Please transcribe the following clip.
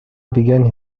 began